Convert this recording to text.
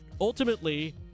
ultimately